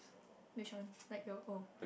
which one like your old